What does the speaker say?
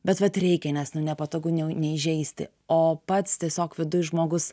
bet vat reikia nes nepatogu neįžeisti o pats tiesiog viduj žmogus